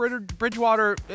Bridgewater